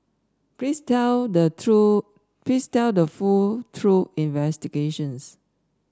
please tell the true please tell the full truth investigations